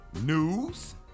news